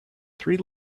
three